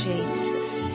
Jesus